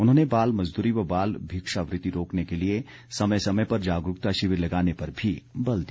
उन्होंने बाल मजदूरी व बाल भिक्षावृत्ति रोकने के लिए समय समय पर जागरूकता शिविर लगाने पर भी बल दिया